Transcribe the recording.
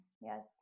Yes